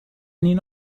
اینو